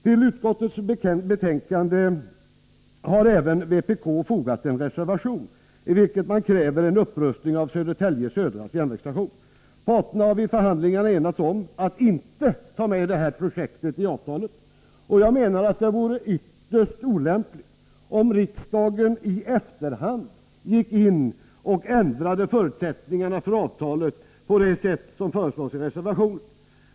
Till utskottets betänkande har även vpk fogat en reservation, i vilken man kräver en upprustning av Södertälje Södra järnvägsstation. Parterna har vid förhandlingarna enats om att inte ta med detta projekt i avtalet, och jag menar att det vore ytterst olämpligt om riksdagen i efterhand gick in och ändrade förutsättningarna för avtalet på det sätt som föreslås i reservationen.